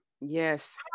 yes